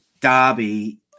Derby